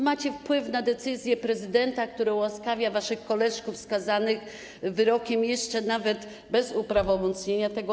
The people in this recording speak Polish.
Macie wpływ na decyzje prezydenta, który ułaskawia waszych koleżków skazanych wyrokiem jeszcze nawet przed jego uprawomocnieniem.